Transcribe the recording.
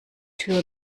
tür